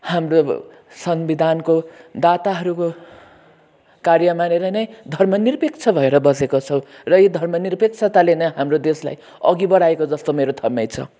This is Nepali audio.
हाम्रो संविधानको दाताहरूको कार्यमा रहेर नै धर्म निरपेक्ष भएर बसेका छौँ र यो धर्म निरपेक्षताले नै हाम्रो देशलाई अघि बढाएको जस्तो मेरो ठम्याइ छ